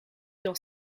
dans